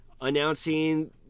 announcing